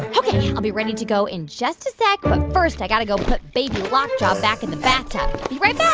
ok, i'll be ready to go in just a sec. but first, i got to go put baby lockjaw back in the bathtub. be right back.